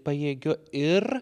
pajėgiu ir